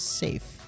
safe